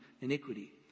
iniquity